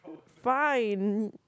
fine